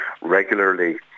Regularly